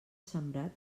sembrat